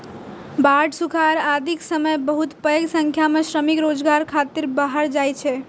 बाढ़ि, सुखाड़ आदिक समय बहुत पैघ संख्या मे श्रमिक रोजगार खातिर बाहर जाइ छै